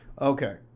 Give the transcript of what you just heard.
Okay